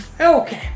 Okay